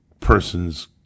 person's